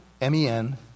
M-E-N